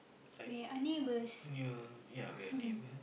we are nieghbours